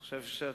אני חושב שאתה